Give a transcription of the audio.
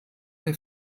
der